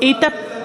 את הדיון?